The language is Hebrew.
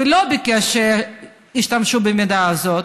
ולא ביקש שישתמשו במידע הזה,